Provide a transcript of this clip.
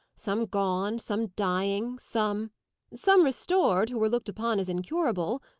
some gone some dying some some restored, who were looked upon as incurable,